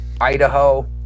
Idaho